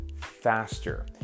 faster